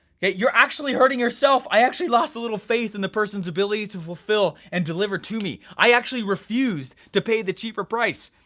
yeah you're actually hurting yourself. i actually lost a little faith in the persons ability to fulfill and deliver to me. i actually refused to pay the cheaper price,